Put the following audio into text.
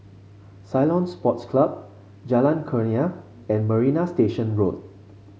Ceylon Sports Club Jalan Kurnia and Marina Station Road